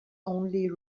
only